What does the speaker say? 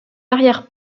arrière